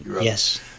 Yes